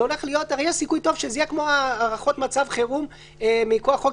הרי יש סיכוי טוב שזה יהיה כמו הארכות מצב חירום מכוח חוק